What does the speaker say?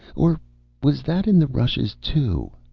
or was that in the rushes too?